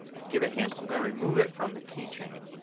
give a hint. i'm going to remove it from the keychain.